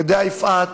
אני יודע, יפעת,